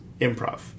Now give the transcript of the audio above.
improv